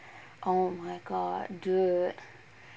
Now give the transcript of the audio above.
oh my god dude